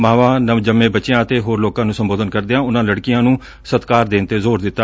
ਮਾਵਾਂ ਨਵਜੰਮੇ ਬੱਚਿਆਂ ਅਤੇ ਹੋਰ ਲੋਕਾਂ ਨੂੰ ਸੰਬੋਧਨ ਕਰਦਿਆਂ ਉਨੂਾਂ ਲੜਕੀਆਂ ਨੂੰ ਸਤਿਕਾਰ ਦੇਣ ਤੇ ਜ਼ੋਰ ਦਿੱਤਾ